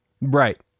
right